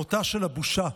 מותה של הבושה.